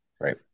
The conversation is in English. Right